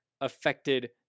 affected